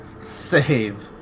save